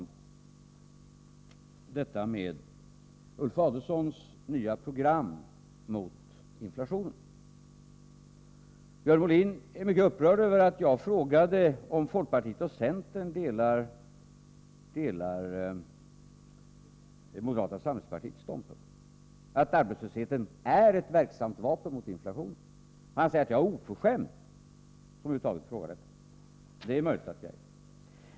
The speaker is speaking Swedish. Till slut bara några ord om Ulf Adelsohns nya program mot inflationen. Björn Molin är mycket upprörd över att jag frågade om folkpartiet och centern delar moderata samlingspartiets ståndpunkt att arbetslösheten är ett verksamt vapen mot inflationen. Björn Molin säger att jag är oförskämd som över huvud taget frågar detta. Det är möjligt.